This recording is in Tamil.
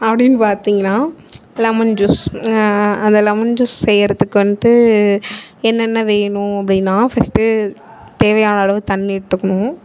அப்படின்னு பார்த்தீங்கன்னா லெமன் ஜூஸ் அந்த லெமன் ஜூஸ் செய்கிறதுக்கு வந்துட்டு என்னென்ன வேணும் அப்படின்னா ஃபஸ்ட்டு தேவையான அளவு தண்ணி எடுத்துக்கணும்